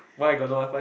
why I got no R-five